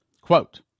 Quote